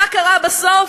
מה קרה בסוף?